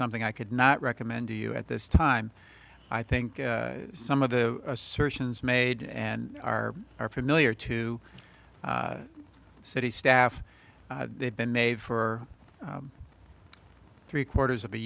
something i could not recommend to you at this time i think some of the assertions made and are are familiar to city staff they've been made for three quarters of the